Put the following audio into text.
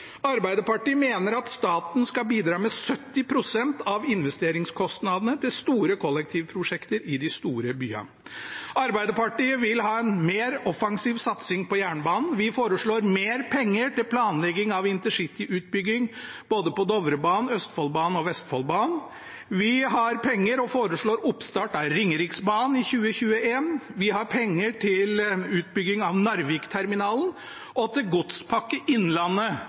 Arbeiderpartiet mener at staten skal bidra med 70 pst. av investeringskostnadene til store kollektivprosjekter i de store byene. Arbeiderpartiet vil ha en mer offensiv satsing på jernbanen. Vi foreslår mer penger til planlegging av intercityutbygging på både Dovrebanen, Østfoldbanen og Vestfoldbanen. Vi har penger til og foreslår oppstart av Ringeriksbanen i 2021. Vi har penger til utbygging av Narvikterminalen og til Godspakke Innlandet